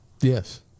Yes